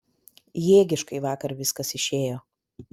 jėgiškai vakar viskas išėjo